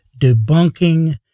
Debunking